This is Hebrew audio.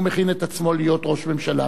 הוא מכין את עצמו להיות ראש הממשלה,